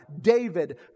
David